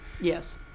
Yes